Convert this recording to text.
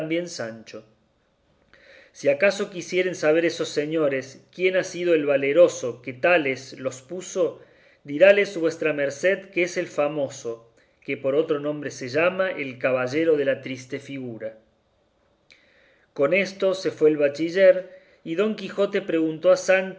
también sancho si acaso quisieren saber esos señores quién ha sido el valeroso que tales los puso diráles vuestra merced que es el famoso don quijote de la mancha que por otro nombre se llama el caballero de la triste figura con esto se fue el bachiller y don quijote preguntó a sancho